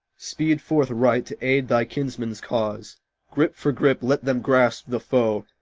speed forth right to aid thy kinsmen's cause grip for grip, let them grasp the foe,